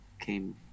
came